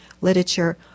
literature